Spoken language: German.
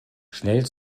schnell